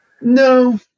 No